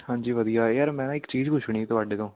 ਹਾਂਜੀ ਵਧੀਆ ਹੈ ਯਾਰ ਮੈਂ ਨਾ ਇਕ ਚੀਜ਼ ਪੁੱਛਣੀ ਤੁਹਾਡੇ ਤੋਂ